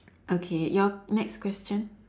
okay your next question